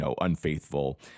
unfaithful